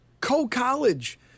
Co-college